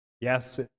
Yes